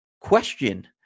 question